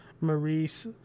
Maurice